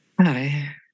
Hi